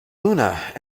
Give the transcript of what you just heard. oona